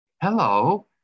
hello